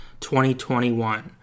2021